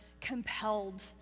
compelled